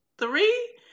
Three